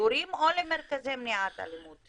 המגורים או למרכזי מניעת אלימות.